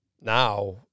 now